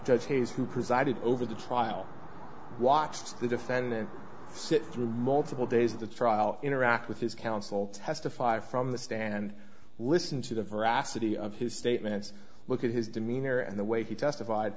judge hayes who presided over the trial watched the defendant sit through multiple days of the trial interact with his counsel testify from the stand and listen to the veracity of his statements look at his demeanor and the way he testified